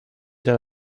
the